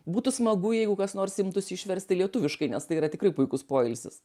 būtų smagu jeigu kas nors imtųsi išversti lietuviškai nes tai yra tikrai puikus poilsis